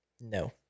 No